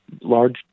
large